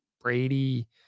Brady